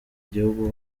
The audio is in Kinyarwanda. gihugu